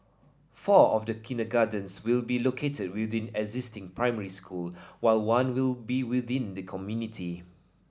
four of the kindergartens will be located within existing primary schools while one will be within the community